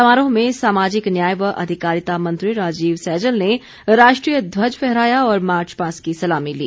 समारोह में सामाजिक न्याय व अधिकारिता मंत्री राजीव सैजल ने राष्ट्रीय ध्वज फहराया और मार्चपास्ट की सलामी ली